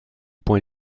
point